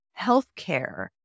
healthcare